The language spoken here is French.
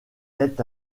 est